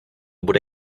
bude